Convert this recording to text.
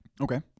okay